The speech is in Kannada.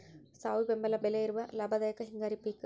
ಸಾವಿ ಬೆಂಬಲ ಬೆಲೆ ಇರುವ ಲಾಭದಾಯಕ ಹಿಂಗಾರಿ ಪಿಕ್